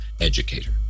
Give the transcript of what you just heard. educator